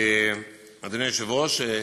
אדוני היושב-ראש,